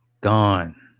gone